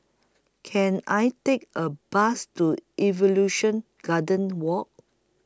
Can I Take A Bus to Evolution Garden Walk